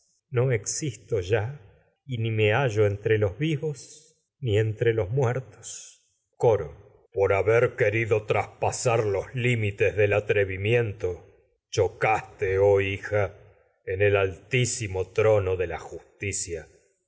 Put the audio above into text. no ya y ni me hallo los vivos ni entre los muertos coro por haber querido oh traspasar en los límites del atrevimiento de la chocaste que es hija el altísimo trono justicia